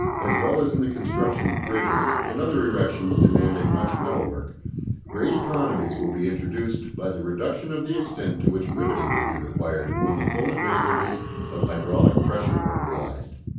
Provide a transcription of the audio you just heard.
as well as in the construction of bridges and other erections demanding much metal-work, great economies will be introduced by the reduction of the extent to which riveting will be required when the full advantages of hydraulic pressure are realised.